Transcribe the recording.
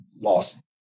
lost